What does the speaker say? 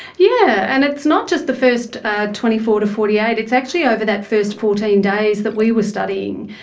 yeah, and it's not just the first twenty four to forty eight, it's actually over that first fourteen days that we were studying.